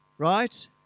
right